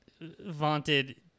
vaunted